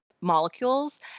Molecules